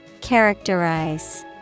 Characterize